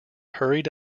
hurried